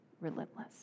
relentless